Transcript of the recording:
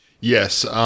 Yes